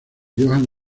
johann